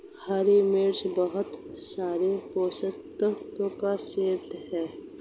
हरी मिर्च बहुत सारे पोषक तत्वों का स्रोत है